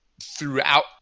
throughout